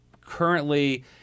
currently